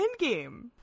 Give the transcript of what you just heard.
Endgame